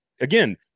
again